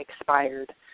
expired